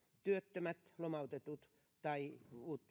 työttömät lomautetut tai